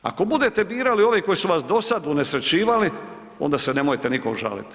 Ako budete birali ove koji su vas do sada unesrećivali onda se nemojte nikome žaliti.